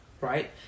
right